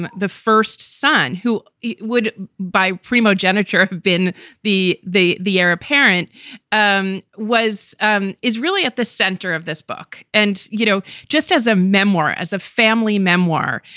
and the first son who would buy primogeniture, been the the the heir apparent um was um is really at the center of this book. and, you know, just as a memoir, as a family memoir,